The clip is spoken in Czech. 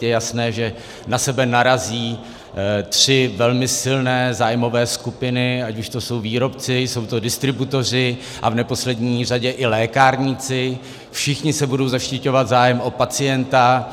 Je jasné, že na sebe narazí tři velmi silné zájmové skupiny, ať už to jsou výrobci, jsou to distributoři a v neposlední řadě i lékárníci, všichni se budou zaštiťovat zájmem o pacienta.